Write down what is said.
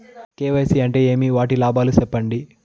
KYC అంటే ఏమి? వాటి లాభాలు సెప్పండి?